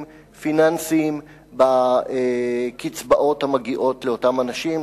פיננסיים בקצבאות המגיעות לאותם אנשים,